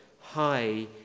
high